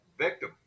victim